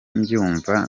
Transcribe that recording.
mbyumva